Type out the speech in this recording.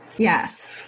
Yes